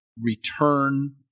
return